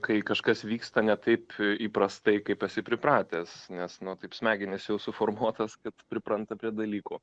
kai kažkas vyksta ne taip įprastai kaip esi pripratęs nes nu taip smegenys jau suformuotos kaip pripranta prie dalykų